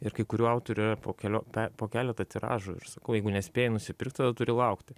ir kai kurių autorių yra po kelio po keletą tiražų ir sakau jeigu nespėji nusipirkt tada turi laukti